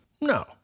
no